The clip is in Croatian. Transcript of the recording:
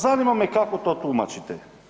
Zanima me kako to tumačite?